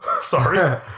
Sorry